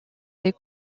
des